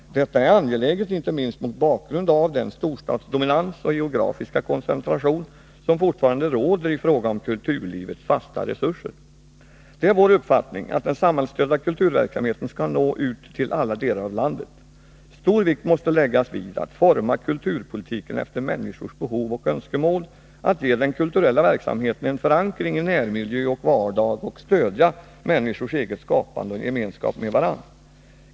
Detta är angeläget inte minst mot bakgrund av den storstadsdominans och geografiska koncentration som fortfarande råder i fråga om kulturlivets fasta resurser. Det är vår uppfattning att den samhällsstödda kulturverksamheten skall nå ut till alla delar av landet. Stor vikt måste läggas vid att forma kulturpolitiken efter människors behov och önskemål, att ge den kulturella verksamheten en förankring i närmiljö och vardag och stödja människors eget skapande och gemenskap med varandra.